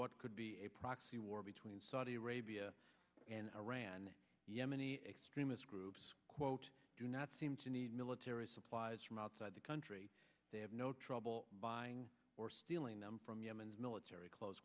what could be a proxy war between saudi arabia and iran yemeni extremist groups quote do not seem to need military supplies from outside the country they have no trouble buying or stealing them from yemen's military close